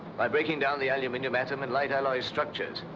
by breaking down the aluminum atom in light alloy structures.